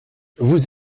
vous